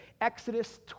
Exodus